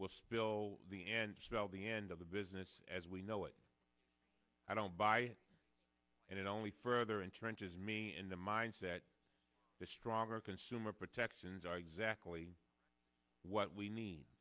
will spill the end spell the end of the business as we know it i don't buy it only further entrench is me in the mindset that stronger consumer protections are exactly what we need